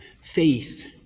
Faith